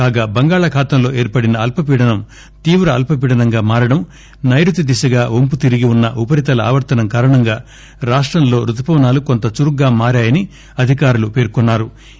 కాగా బంగాళాఖాతంలో ఏర్పడిన అల్పపీడనం తీవ్ర అల్పపీడనంగా మారడం నైరుతి దిశగా ఒంపు తిరిగి ఉన్న ఉపరీతల ఆవర్తనం కారణంగా రాష్టంలో రుతుపవనాలు కొంత చురుగ్గా మారాయని అధికారులు పేర్కొన్నా రు